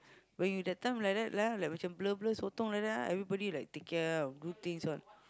when you that time like that lah like macam blur blur sotong like that ah everybody like take care or do things all